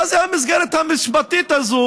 מה זאת המסגרת המשפטית הזאת